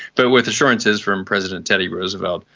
but with assurances from president teddy roosevelt,